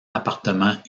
appartement